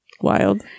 Wild